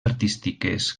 artístiques